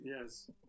Yes